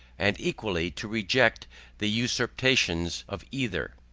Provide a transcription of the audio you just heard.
and equally to reject the usurpations of either.